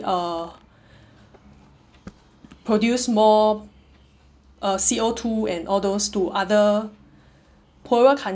uh produce more uh C_O two and all those to other poorer countries